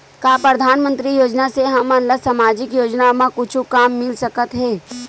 का परधानमंतरी योजना से हमन ला सामजिक योजना मा कुछु काम मिल सकत हे?